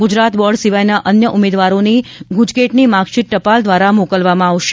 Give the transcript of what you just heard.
Gujarat board સિવાયના અન્ય ઉમેદવારોની ગુજકેટની માર્કશીટ ટપાલ દ્વારા મોકલવામાં આવશે